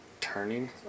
turning